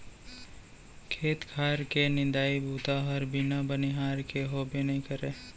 खेत खार के निंदई बूता हर बिना बनिहार के होबे नइ करय